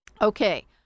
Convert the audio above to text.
Okay